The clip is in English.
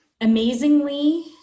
Amazingly